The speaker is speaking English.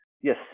yes